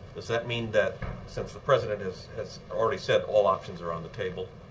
does that mean that since the president has has already said all options are on the table,